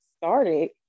started